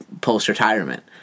post-retirement